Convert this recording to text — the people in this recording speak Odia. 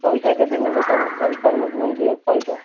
ପଇସା କେତେ ନେବେ କନ କନଫର୍ମ କୁହନ୍ତୁ ପଇସା